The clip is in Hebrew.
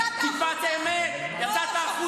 יצאתם,